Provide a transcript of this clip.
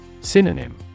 Synonym